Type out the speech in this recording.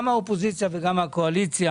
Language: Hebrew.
גם מן האופוזיציה וגם מן הקואליציה,